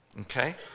okay